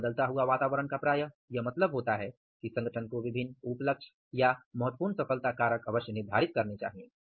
एक बदलता हुआ वातावरण का प्रायः यह मतलब होता है कि संगठन को विभिन्न उप लक्ष्य या महत्वपूर्ण सफलता कारक अवश्य निर्धारित करने चाहिए